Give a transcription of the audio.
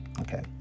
okay